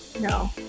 no